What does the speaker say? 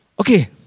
Okay